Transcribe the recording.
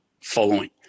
following